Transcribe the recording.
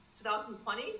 2020